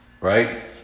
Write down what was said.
Right